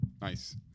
nice